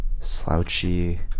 slouchy